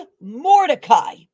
Mordecai